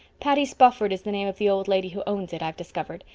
patty spofford is the name of the old lady who owns it, i've discovered.